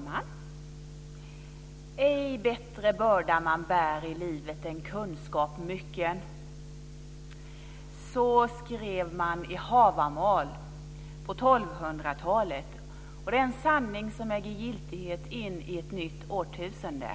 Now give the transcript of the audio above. Fru talman! Ej bättre börda man bär i livet än kunskap mycken - så skrev man i Havamal på 1200 talet, och det är en sanning som äger giltighet in i ett nytt årtusende.